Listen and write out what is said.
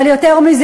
אבל יותר מזה,